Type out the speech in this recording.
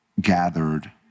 gathered